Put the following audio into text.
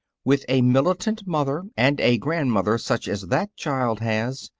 with a militant mother and a grandmother such as that child has,